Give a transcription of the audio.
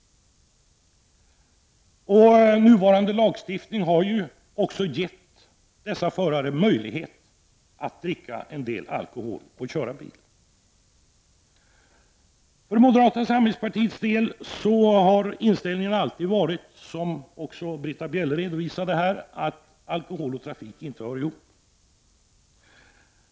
Den nuvarande lagstiftningen har också gett dessa förare möjlighet att dricka en del alkohol och köra bil. För moderata samlingspartiets del har inställningen alltid varit — Britta Bjelle redovisade också samma uppfattning — att alkohol och trafik inte hör ihop.